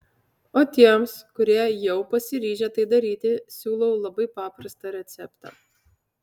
o tiems kurie jau pasiryžę tai daryti siūlau labai paprastą receptą